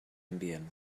ambient